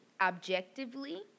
objectively